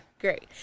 great